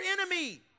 enemy